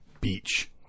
beach